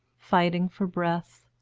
fighting for breath,